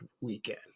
weekend